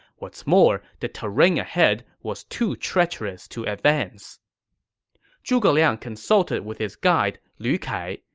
what's more, the terrain ahead was too treacherous to advance zhuge liang consulted with his guide lu kai,